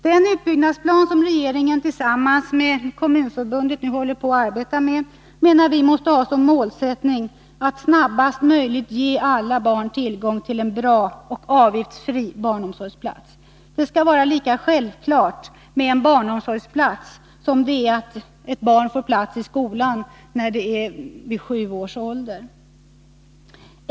Den utbyggnadsplan som regeringen tillsammans med Kommunförbundet nu arbetar med måste, menar vi, ha som målsättning att snabbast möjligt ge alla barn tillgång till en bra och avgiftsfri barnomsorgsplats. Det skall vara lika självklart med en barnomsorgsplats som det är att ett barn får plats i skolan vid sju års ålder.